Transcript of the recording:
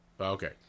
Okay